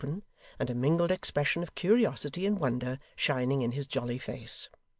and a mingled expression of curiosity and wonder shining in his jolly face.